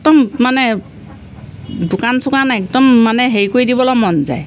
একদম মানে দোকান চোকান একদম মানে হেৰি কৰি দিবলৈ মন যায়